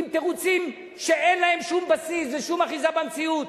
עם תירוצים שאין להם שום בסיס ושום אחיזה במציאות.